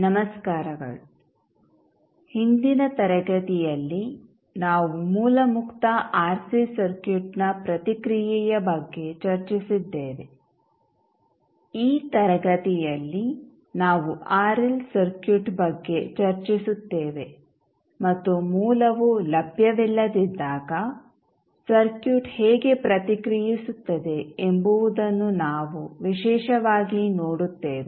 ನಮಸ್ಕಾರಗಳು ಹಿಂದಿನ ತರಗತಿಯಲ್ಲಿ ನಾವು ಮೂಲ ಮುಕ್ತ ಆರ್ಸಿ ಸರ್ಕ್ಯೂಟ್ನ ಪ್ರತಿಕ್ರಿಯೆಯ ಬಗ್ಗೆ ಚರ್ಚಿಸಿದ್ದೇವೆ ಈ ತರಗತಿಯಲ್ಲಿ ನಾವು ಆರ್ಎಲ್ ಸರ್ಕ್ಯೂಟ್ ಬಗ್ಗೆ ಚರ್ಚಿಸುತ್ತೇವೆ ಮತ್ತು ಮೂಲವು ಲಭ್ಯವಿಲ್ಲದಿದ್ದಾಗ ಸರ್ಕ್ಯೂಟ್ ಹೇಗೆ ಪ್ರತಿಕ್ರಿಯಿಸುತ್ತದೆ ಎಂಬುದನ್ನು ನಾವು ವಿಶೇಷವಾಗಿ ನೋಡುತ್ತೇವೆ